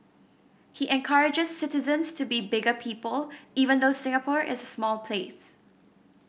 he encourages citizens to be bigger people even though Singapore is a small place